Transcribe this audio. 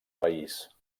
país